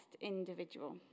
individual